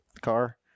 car